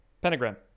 pentagram